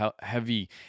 heavy